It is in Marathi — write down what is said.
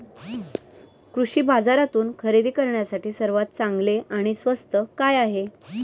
कृषी बाजारातून खरेदी करण्यासाठी सर्वात चांगले आणि स्वस्त काय आहे?